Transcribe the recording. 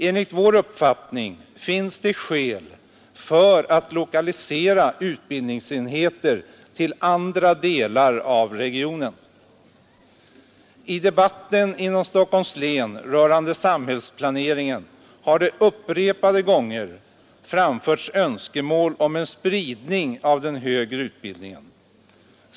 Enligt vår uppfattning finns det skäl för att lokalisera utbildningsenheter till andra delar av regionen. I debatten inom Stockholms län rörande samhällsplaneringen har det upprepade gånger framförts önskemål om en spridning av den högre utbildningen.